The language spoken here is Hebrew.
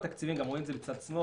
ורואים את זה בצד שמאל,